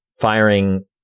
firing